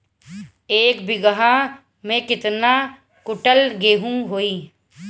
एक बीगहा में केतना कुंटल गेहूं होई?